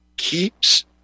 Keeps